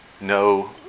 No